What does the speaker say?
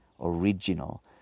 original